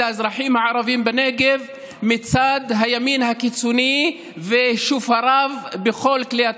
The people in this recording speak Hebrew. האזרחים הערבים בנגב מצד הימין הקיצוני ושופריו בכל כלי התקשורת.